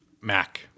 Mac